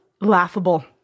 laughable